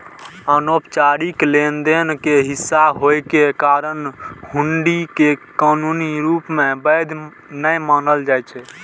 अनौपचारिक लेनदेन के हिस्सा होइ के कारण हुंडी कें कानूनी रूप सं वैध नै मानल जाइ छै